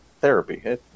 therapy